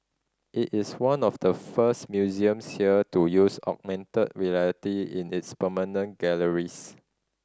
it is one of the first museums here to use augmented reality in its permanent galleries